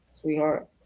sweetheart